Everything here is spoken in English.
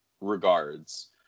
regards